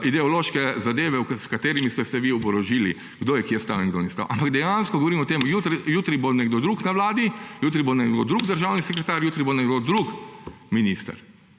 ideološke zadeve, s katerimi ste se vi oborožili, kdo je kje stal in kdo ni stal. Ampak dejansko govorim o tem. Jutri bo nekdo drug na vladi, jutri bo nekdo drug državni sekretar, jutri bo nekdo drug minister.